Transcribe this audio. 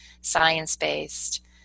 science-based